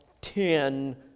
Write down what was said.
ten